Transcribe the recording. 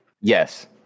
Yes